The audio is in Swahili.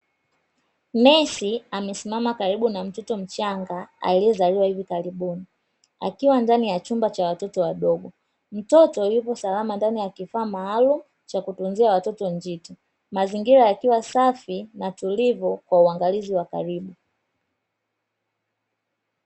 Nesi amesimama karibu na mtoto mchanga aliyezaliwa hivi karibuni akiwa ndani ya chumba cha watoto wadogo. Mtoto yuko salama ndani ya kifaa maalumu cha kutunzia watoto njiti. Mazingira yakiwa safi na tulivu kwa uangalizi wa karibu.